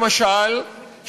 למשל,